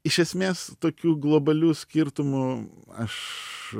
iš esmės tokių globalių skirtumų aš